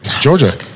Georgia